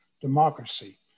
democracy